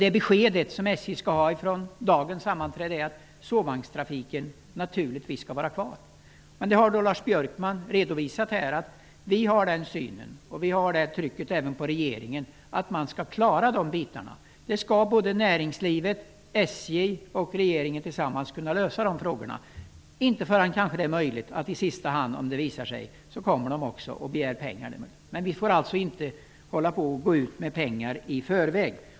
Det besked som skall ges till SJ efter dagens sammanträde är naturligtvis att sovvagnstrafiken skall vara kvar. Lars Björkman har redovisat att vi har den uppfattningen, och vi trycker också på hos regeringen om att detta skall klaras. Näringslivet, SJ och regeringen skall tillsammans kunna lösa den uppgiften. Om det visar sig vara nödvändigt kommer man kanske i sista hand och begär pengar för detta, men vi får inte anslå några medel i förväg för detta ändamål.